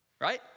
right